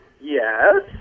yes